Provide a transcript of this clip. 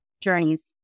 journeys